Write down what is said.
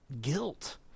guilt